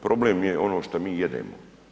Problem je ono što mi jedemo.